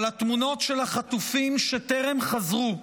אבל התמונות של החטופים שטרם חזרו,